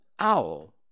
Owl